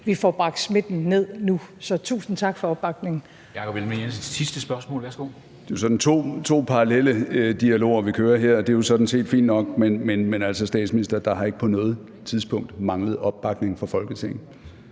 vi får bragt smitten ned nu. Så tusind tak for opbakningen.